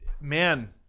man